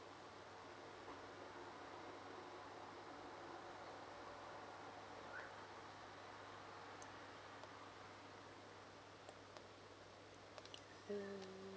mm